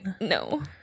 No